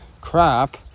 crap